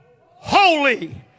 holy